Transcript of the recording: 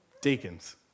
deacons